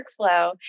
workflow